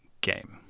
game